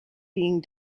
being